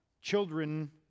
Children